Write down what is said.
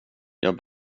jag